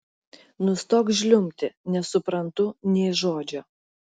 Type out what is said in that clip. nustok žliumbti nesuprantu nė žodžio